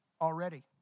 already